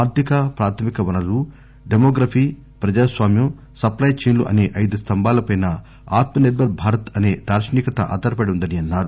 ఆర్దిక ప్రాథమిక వనరులు డెమోగ్రఫీ ప్రజాస్వామ్య సప్లి చేన్లు అసే ఐదు స్థంభాలపై ఆత్మనిర్బర్ భారత్ అసే దార్శనికత ఆదారపడి ఉందన్నారు